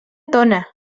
tona